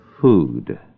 food